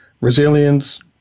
resilience